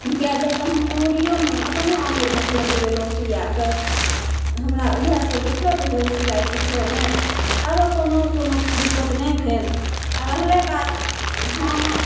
कै बेर तऽ अङ्गुरिओमे अपनो आङ्गुरमे भोँकि लेलहुँ सुइआके हमरा इएहसब दिक्कत भेल सिलाइ सिखऽमे आओर कोनो कोनो दिक्कत नहि भेल आओर रहलै बात जे हम